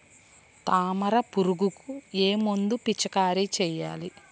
తామర పురుగుకు ఏ మందు పిచికారీ చేయాలి?